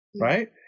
Right